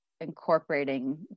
incorporating